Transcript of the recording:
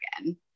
again